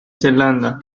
zelanda